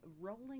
rolling